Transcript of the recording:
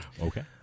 Okay